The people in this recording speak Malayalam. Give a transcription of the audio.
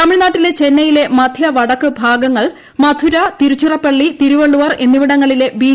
തമിഴ്നാട്ടിലെ ചെന്നെയിലെ മദ്ധ്യ വടക്ക് ഭാഗങ്ങൾ മധുര തിരുച്ചിറപ്പള്ളി തിരുവള്ളുവർ എന്നിവിടങ്ങളിലെ ബി